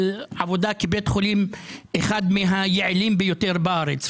היותו אחד מבתי החולים היעילים ביותר בארץ.